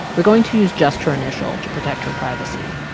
we're going to use just her initial to protect her privacy.